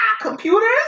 Computers